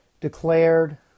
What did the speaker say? declared